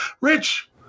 rich